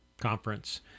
conference